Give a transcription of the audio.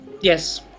yes